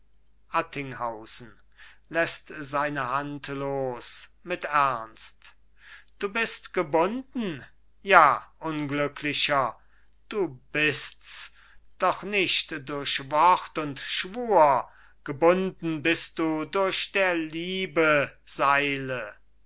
mit ernst du bist gebunden ja unglücklicher du bist's doch nicht durch wort und schwur gebunden bist du durch der liebe seile